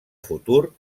futur